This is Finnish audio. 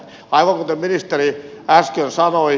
aivan kuten ministeri äsken sanoi